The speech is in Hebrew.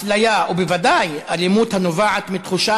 אפליה ובוודאי אלימות הנובעים מתחושה